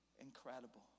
Incredible